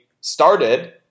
started